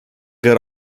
get